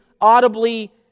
audibly